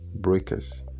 Breakers